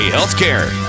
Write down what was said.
Healthcare